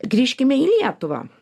grįžkime į lietuvą